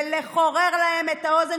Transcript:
ולחורר להם את האוזן,